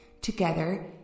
Together